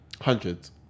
Hundreds